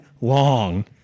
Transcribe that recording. long